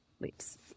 leaves